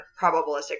probabilistic